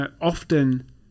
often